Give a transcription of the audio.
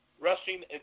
rushing